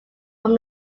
from